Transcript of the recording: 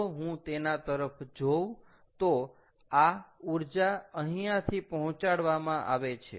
જો હું તેના તરફ જોઉં તો આ ઊર્જા અહિયાથી પહોચાડવામાં આવે છે